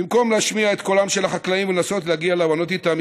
במקום להשמיע את קולם של החקלאים ולנסות להגיע להבנות איתם,